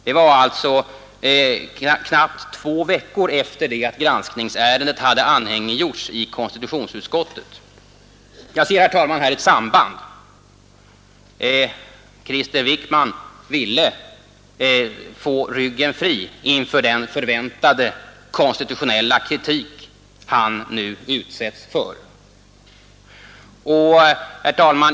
Det var alltså knappt två veckor efter det att granskningsärendet hade anhängiggjorts i konstitutionsutskottet. Jag ser, herr talman, här ett samband. Krister Wickman ville få ryggen fri inför den förväntade konstitutionella kritik han nu utsätts för.